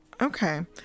okay